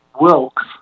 Wilkes